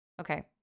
Okay